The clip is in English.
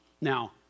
Now